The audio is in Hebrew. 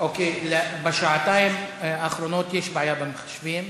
בשעתיים האחרונות יש בעיה במחשבים.